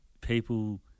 people